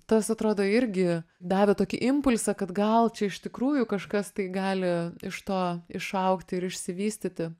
tas atrodo irgi davė tokį impulsą kad gal čia iš tikrųjų kažkas tai gali iš to išaugti ir išsivystyti